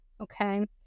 okay